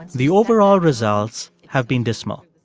the overall results have been dismal.